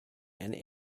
and